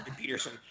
Peterson